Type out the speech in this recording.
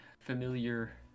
Familiar